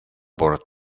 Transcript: por